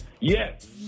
yes